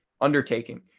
undertaking